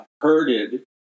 herded